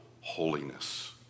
holiness